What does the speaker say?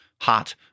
Hot